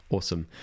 Awesome